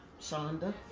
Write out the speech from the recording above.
Shonda